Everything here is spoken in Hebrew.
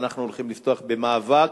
ואנחנו הולכים לפתוח במאבק.